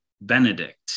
Benedict